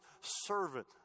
servant